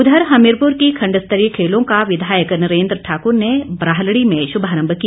उधर हमीरपुर की खंडस्तरीय खेलों का विधायक नरेन्द्र ठाकर ने ब्राहलड़ी में शुभारंभ किया